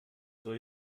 soll